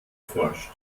forscht